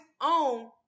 own